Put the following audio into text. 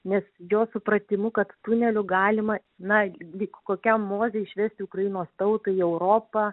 nes jo supratimu kad tuneliu galima na lyg kokiam mozei išvesti ukrainos tautą į europą